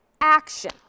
action